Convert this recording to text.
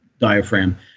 diaphragm